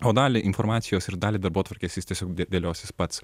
o dalį informacijos ir dalį darbotvarkės jis tiesiog dė dėliosis pats